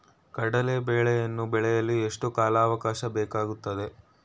ಕಡ್ಲೆ ಬೇಳೆಯನ್ನು ಬೆಳೆಯಲು ಎಷ್ಟು ಕಾಲಾವಾಕಾಶ ಬೇಕಾಗುತ್ತದೆ?